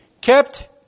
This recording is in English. kept